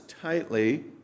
tightly